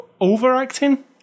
overacting